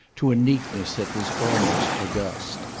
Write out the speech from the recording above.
to a neatness that was almost august.